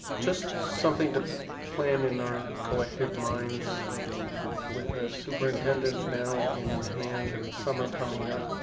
just something to plan in our collective minds with a superintendent now in hand and the summer coming up